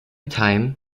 time